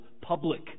public